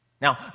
Now